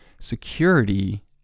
security